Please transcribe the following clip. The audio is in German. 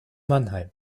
mannheim